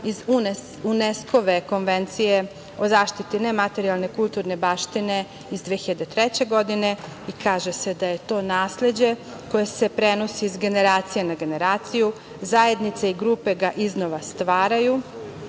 iz UNESKO Konvencije o zaštiti nematerijalne kulturne baštine iz 2003. godine i kaže se da je to nasleđe koje se prenosi s generacije na generaciju, zajednice i grupe ga iznova stvaraju